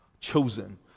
chosen